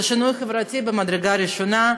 זה שינוי חברתי ממדרגה ראשונה.